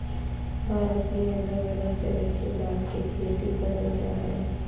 भारत में अलग अलग तरह के दाल के खेती करल जा हय